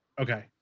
okay